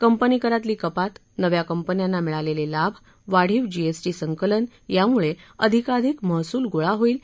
company करातली कपात नव्या कंपन्यांना मिळालेले लाभ वाढीव जीएसटी संकलन यामुळे अधिकाधिक महसुल गोळा होईल